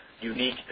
unique